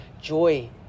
joy